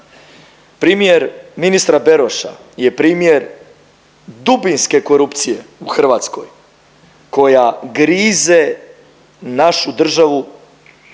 Primjer ministra Beroša je primjer dubinske korupcije u Hrvatskoj koja grize našu državu,